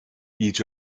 each